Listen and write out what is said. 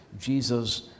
Jesus